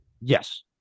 Yes